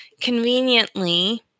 conveniently